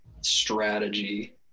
strategy